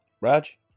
Raj